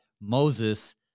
Moses